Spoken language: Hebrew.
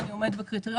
"אני עומד בקריטריונים",